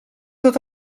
tot